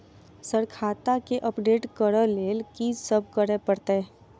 Sir खाता केँ update करऽ लेल की सब करै परतै?